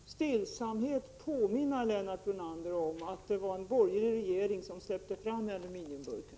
Herr talman! Låt mig i all stillsamhet påminna Lennart Brunander om att det var en borgerlig regering som släppte fram aluminiumburken.